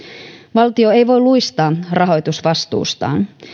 valtio ei voi luistaa rahoitusvastuustaan